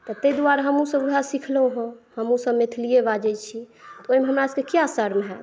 तऽ तै दुआरे हमहुसब वएह सिखलहुॅं हमहुसब मैथलिए बाजै छी तऽ ओहिमे हमरासबकेँ किया शर्म होयत